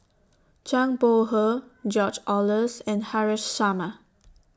Zhang Bohe George Oehlers and Haresh Sharma